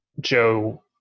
Joe